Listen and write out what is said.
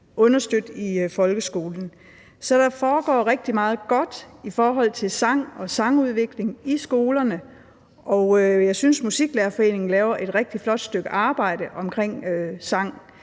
understøtte i folkeskolen. Så der foregår rigtig meget godt i forhold til sang og sangudvikling i skolerne, og jeg synes, at Musiklærerforeningen laver et rigtig flot stykke arbejde omkring sang